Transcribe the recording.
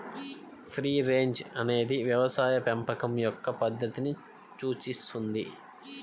free range అనేది వ్యవసాయ పెంపకం యొక్క పద్ధతిని సూచిస్తుంది